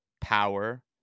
Power